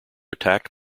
attacked